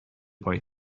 boy